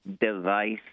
device